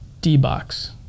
D-Box